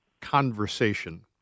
conversation